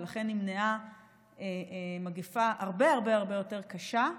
ולכן נמנעה מגפה הרבה הרבה הרבה יותר קשה.